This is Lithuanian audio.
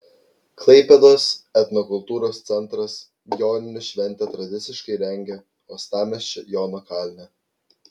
klaipėdos etnokultūros centras joninių šventę tradiciškai rengia uostamiesčio jono kalne